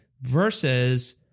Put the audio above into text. versus